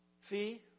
See